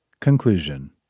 Conclusion